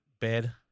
bed